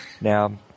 Now